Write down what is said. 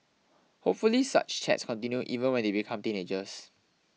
hopefully such chats continue even when they become teenagers